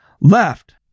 left